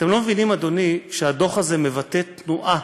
אתם לא מבינים, אדוני, שהדוח הזה מבטא תנועה